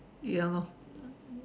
ya lor